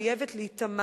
חייבת להיטמע